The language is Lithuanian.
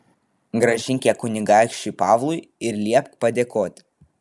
grąžink ją kunigaikščiui pavlui ir liepk padėkoti